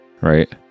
right